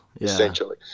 essentially